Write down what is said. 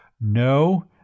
No